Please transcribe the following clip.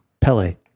Pele